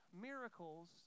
miracles